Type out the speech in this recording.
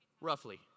roughly